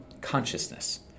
Consciousness